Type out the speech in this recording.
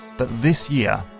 but this year,